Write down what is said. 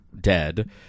dead